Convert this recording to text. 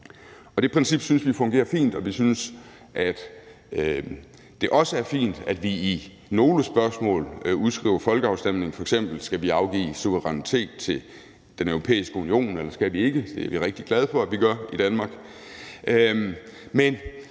Det princip synes vi fungerer fint, og vi synes, at det også er fint, at vi i nogle spørgsmål udskriver folkeafstemning, f.eks.: Skal vi afgive suverænitet til Den Europæiske Union, eller skal vi ikke? Det er vi rigtig glade for at vi gør i Danmark.